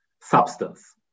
substance